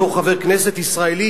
בתור חבר כנסת ישראלי,